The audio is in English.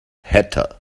hatter